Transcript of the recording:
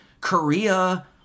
Korea